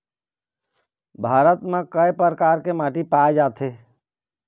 भारत म कय प्रकार के माटी पाए जाथे?